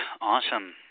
Awesome